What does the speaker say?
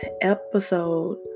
episode